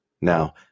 Now